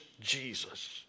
Jesus